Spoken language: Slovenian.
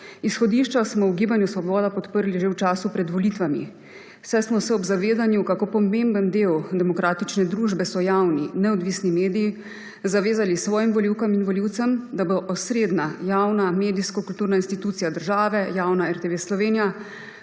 Izhodišča smo v Gibanju Svoboda podprli že v času pred volitvami, saj smo se ob zavedanju, kako pomemben del demokratične družbe so javni, neodvisni mediji, zavezali svojim volivkam in volivcem, da bo osrednja javna medijsko-kulturna institucija države javna RTV Slovenija